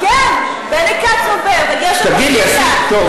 כן, בני קצובר וגרשון מסיקה.